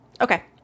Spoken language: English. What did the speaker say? Okay